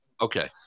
Okay